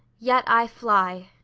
yet i fly!